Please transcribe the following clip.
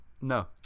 No